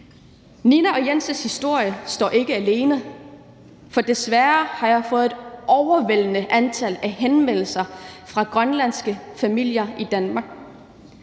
Nina og Jens' historie står ikke alene, for desværre har jeg fået et overvældende antal af henvendelser fra grønlandske familier i Danmark.